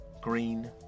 Green